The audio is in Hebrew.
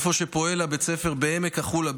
איפה שפועל בית הספר בעמק החולה,